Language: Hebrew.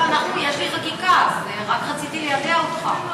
יש לי חקיקה, אז רק רציתי ליידע אותך.